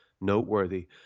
noteworthy